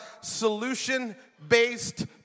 solution-based